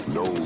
no